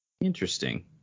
Interesting